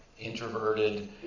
introverted